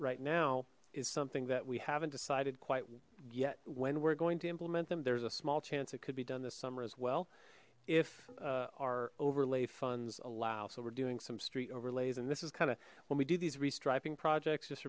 right now is something that we haven't decided quite yet when we're going to implement them there's a small chance it could be done this summer as well if our overlay funds allow so we're doing some street overlays and this is kind of when we do these restriping projects just